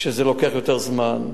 וזה לוקח יותר זמן.